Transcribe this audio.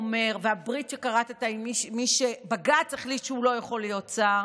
והברית שכרתת עם מי שבג"ץ החליט שהוא לא יכול להיות שר,